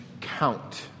count